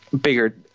bigger